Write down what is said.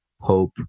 hope